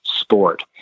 sport